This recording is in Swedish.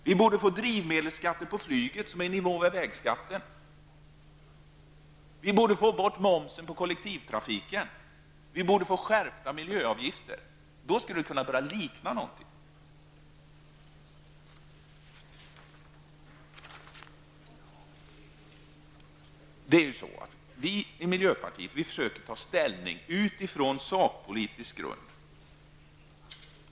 Vi borde få drivmedelsskatt på flyget som är i nivå med vägskatten. Och vi borde få bort momsen på kollektivtrafiken och få skärpta miljöavgifter. Då skulle det kunna börja likna någonting. Vi i miljöpartiet försöker ta ställning på sakpolitisk grund.